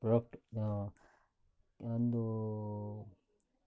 product ಕೆಲವೊಂದು